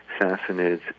Sassanids